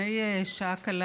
לפני שעה קלה,